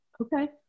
Okay